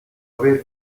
aver